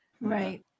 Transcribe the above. Right